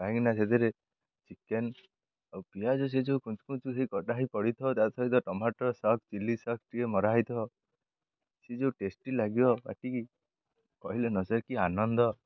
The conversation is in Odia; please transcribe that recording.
କାହିଁକିନା ସେଥିରେ ଚିକେନ୍ ଆଉ ପିଆଜ ସେ ଯେଉଁ କୁଞ୍ଚ୍ କୁଞ୍ଚ୍ ହୋଇ କଟା ହେଇ ପଡ଼ିଥିବ ତା ସହିତ ଟମାଟୋ ସସ୍ ଚିଲି ସସ୍ ଟିକେ ମରା ହେଇଥିବ ସେ ଯେଉଁ ଟେଷ୍ଟି ଲାଗିବ ପାଟିକି କହିଲେ ନସରେ କି ଆନନ୍ଦ